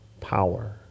power